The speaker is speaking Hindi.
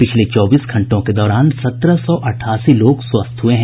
पिछले चौबीस घंटों के दौरान सत्रह सौ अठासी लोग स्वस्थ हुये है